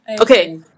okay